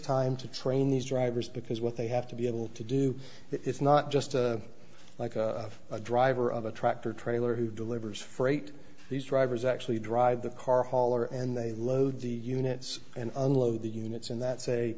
time to train these drivers because what they have to be able to do that it's not just like a driver of a tractor trailer who delivers freight these drivers actually drive the car hauler and they load the units and unload the units in that say